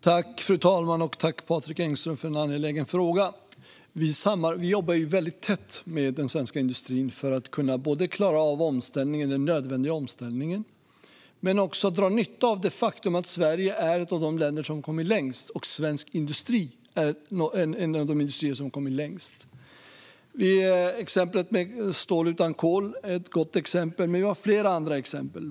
Fru talman! Jag tackar Patrik Engström för en angelägen fråga. Vi jobbar mycket tätt med den svenska industrin för att både klara av den nödvändiga omställningen och dra nytta av det faktum att Sverige är ett av de länder som har kommit längst och att svensk industri är en av de industrier som har kommit längst. Stål utan kol är ett gott exempel. Men vi har fler exempel.